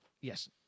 Yes